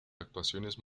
actuaciones